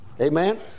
Amen